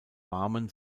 warmen